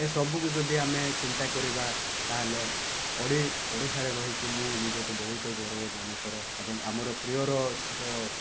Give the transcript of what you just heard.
ଏସବୁକୁ ଯଦି ଆମେ ଚିନ୍ତା କରିବା ତାହେଲେ ଓଡ଼ି ଓଡ଼ିଶାରେ ରହିକି ମୁଁ ନିଜକୁ ବହୁତ ଗୌରବ ମନେ କରେ ଏବଂ ଆମର ପ୍ରିୟର ଯେଉଁ